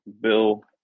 Bill